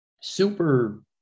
Super